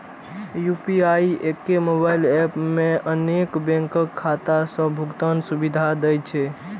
UPI एके mobile app मे अनेक बैंकक खाता सं भुगतान सुविधा दै छै